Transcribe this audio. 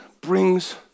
brings